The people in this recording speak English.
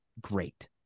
great